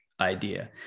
idea